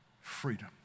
Freedom